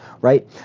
right